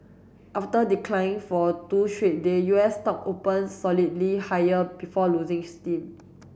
after declining for two straight day U S stock open solidly higher before losing steam